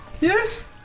Yes